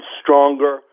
stronger